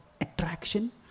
attraction